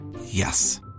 Yes